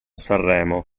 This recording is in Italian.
sanremo